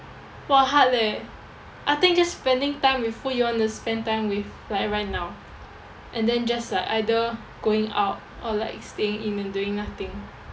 !wah! hard leh I think just spending time with who you want to spend time with like right now and then just like either going out or like staying in and doing nothing